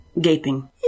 gaping